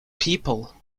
people